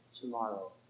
tomorrow